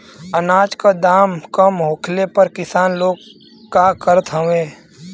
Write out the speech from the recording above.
अनाज क दाम कम होखले पर किसान लोग का करत हवे?